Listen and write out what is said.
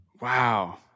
Wow